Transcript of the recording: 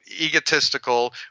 egotistical